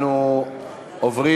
אנחנו עוברים